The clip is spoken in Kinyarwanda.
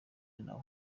yewe